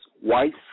white